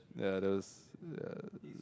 yeah that was yeah